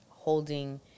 holding